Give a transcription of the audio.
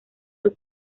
sus